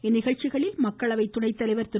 இந்நிகழ்ச்சிகளில் மக்களவை துணைத்தலைவர் திரு